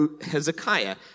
Hezekiah